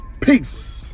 Peace